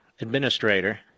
administrator